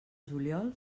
juliol